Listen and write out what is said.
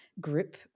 group